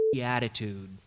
attitude